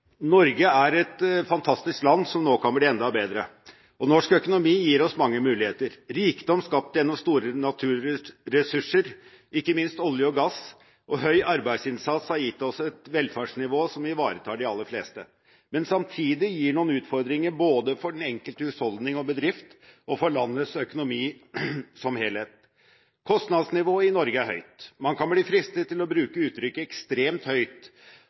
Norge er et fantastisk land som nå kan bli enda bedre, og norsk økonomi gir oss mange muligheter. Rikdom skapt gjennom store naturressurser, ikke minst olje og gass, og høy arbeidsinnsats, har gitt oss et velferdsnivå som ivaretar de aller fleste, men samtidig gir det noen utfordringer både for den enkelte husholdning og bedrift, og for landets økonomi som helhet. Kostnadsnivået i Norge er høyt – man kan bli fristet til å bruke uttrykket «ekstremt høyt»